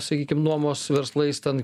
sakykim nuomos verslais ten